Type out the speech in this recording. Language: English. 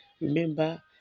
Remember